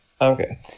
Okay